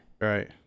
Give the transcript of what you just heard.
Right